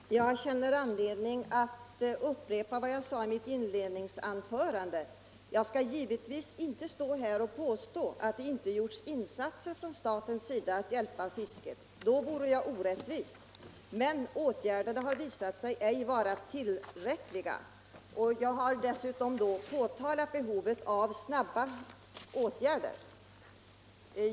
Herr talman! Jag finner anledning att upprepa vad jag sade i mitt inledningsanförande. ”Jag skall givetvis inte påstå att det inte gjorts insatser från statens sida för att hjälpa fisket — då vore jag orättvis — men åtgärderna har ej visat sig vara tillräckliga.” Dessutom har jag pekat på behovet av snabba åtgärder.